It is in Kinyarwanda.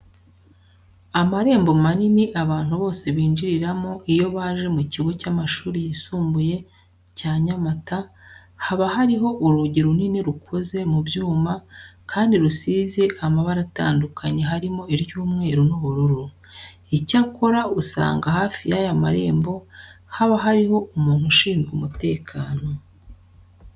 Amarembo manini abantu bose binjiriramo iyo baje mu kigo cy'amashuri yisumbuye cya Nyamata, haba hariho urugi runini rukoze mu byuma kandi rusize amabara atandukanye harimo iry'umweru n'ubururu. Icyakora usanga hafi y'aya marembo haba hariho umuntu ushinzwe umutekano.